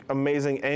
amazing